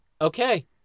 Okay